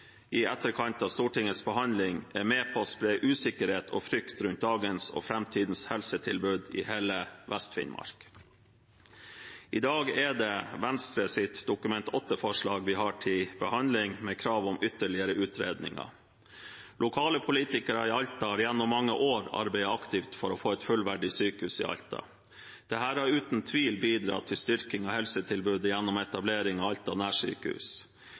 i etterkant av Stortingets behandling, er med på å spre usikkerhet og frykt rundt dagens og framtidens helsetilbud i hele Vest-Finnmark. I dag er det Venstres Dokument 8-forslag vi har til behandling, med krav om ytterligere utredninger. Lokale politikere i Alta har gjennom mange år arbeidet aktivt for å få et fullverdig sykehus i Alta. Dette har uten tvil bidratt til styrking av helsetilbudet, gjennom etablering av Alta nærsykehus.